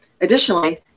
Additionally